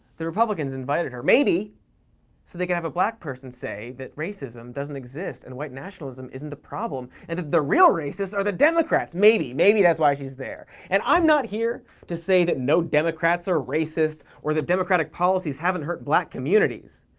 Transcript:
the republicans invited her, maybe, so they could have a black person say that racism doesn't exist, and white nationalism isn't the problem, and that the real racists are the democrats. maybe! maybe that's why she's there. and i'm not here to say that no democrats are racist, or that democratic policies haven't hurt black communities,